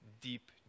deep